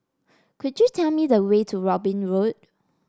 could you tell me the way to Robin Road